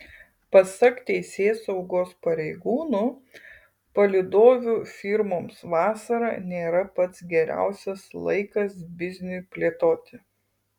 pasak teisėsaugos pareigūnų palydovių firmoms vasara nėra pats geriausias laikas bizniui plėtoti